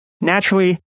Naturally